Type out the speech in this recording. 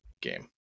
game